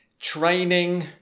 Training